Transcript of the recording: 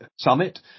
summit